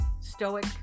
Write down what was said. stoic